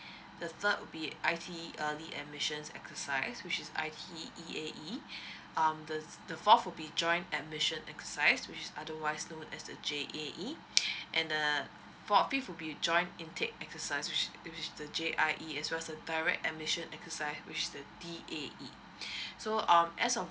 the third will be I_T_E early admission exercise which is I_T_E E_A_E um he the fourth would be joined admission exercise with otherwise known as the J_A_E and the fourth fifth will be joined intake exercise which is which is the J_I_E as well as a direct admission exercise which is the D_A_E so um as of